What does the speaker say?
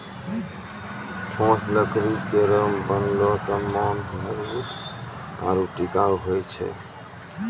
ठोस लकड़ी केरो बनलो सामान मजबूत आरु टिकाऊ होय छै